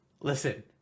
Listen